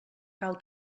cal